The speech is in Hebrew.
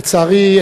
לצערי,